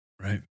right